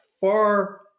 far